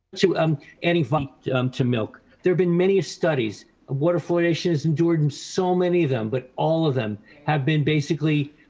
to um adding to milk. there've been many studies water fluoridation is in jordan. so many of them, but all of them have been basically,